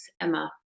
Emma